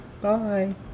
Bye